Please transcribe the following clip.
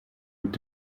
mit